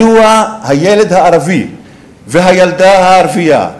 מדוע הילד הערבי והילדה הערבייה,